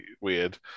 weird